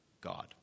God